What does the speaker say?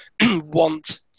want